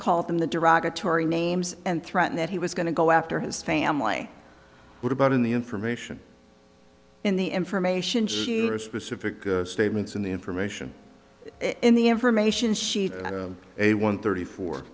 called them the derogatory names and threatened that he was going to go after his family what about in the information in the information specific statements in the information in the information sheet a one thirty four